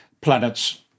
planets